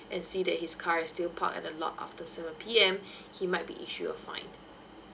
and see that his car is still parked at the lot after seven P_M he might be issued a fine